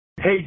Hey